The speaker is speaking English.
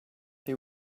they